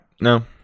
no